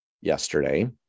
yesterday